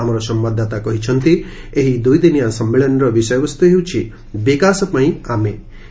ଆମର ସମ୍ବାଦଦାତା କହିଛନ୍ତି ଏହି ଦୁଇଦିନିଆ ସମ୍ମିଳନୀର ବିଷୟବସ୍ତୁ ହେଉଛି ବିକାଶପାଇଁ ଆମେ